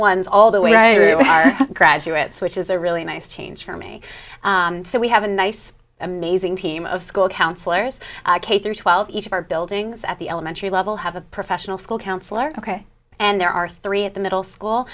ones all the way i really are graduates which is a really nice change for me so we have a nice amazing team of school counselors k through twelve each of our buildings at the elementary level have a professional school counselor ok and there are three at the middle school